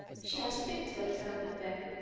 she has pigtails down her back.